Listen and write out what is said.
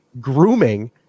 grooming